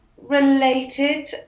related